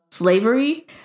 slavery